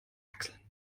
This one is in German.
achseln